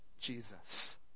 Jesus